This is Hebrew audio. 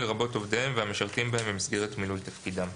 לרבות עובדיהם והמשרתים בהם במסגרת מילוי תפקידם."